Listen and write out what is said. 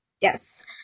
yes